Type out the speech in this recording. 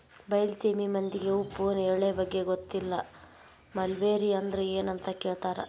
ಬೈಲಸೇಮಿ ಮಂದಿಗೆ ಉಪ್ಪು ನೇರಳೆ ಬಗ್ಗೆ ಗೊತ್ತಿಲ್ಲ ಮಲ್ಬೆರಿ ಅಂದ್ರ ಎನ್ ಅಂತ ಕೇಳತಾರ